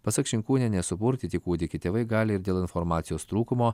pasak šinkūnienę supurtyti kūdikį tėvai gali ir dėl informacijos trūkumo